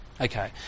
Okay